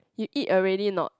you eat already not